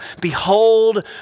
behold